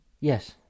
Yes